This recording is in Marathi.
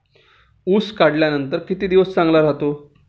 ऊस काढल्यानंतर किती दिवस चांगला राहतो?